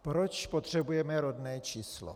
Proč potřebujeme rodné číslo?